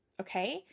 okay